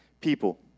people